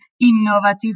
innovative